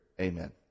Amen